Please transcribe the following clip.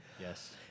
Yes